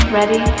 Ready